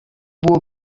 było